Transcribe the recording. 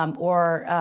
um or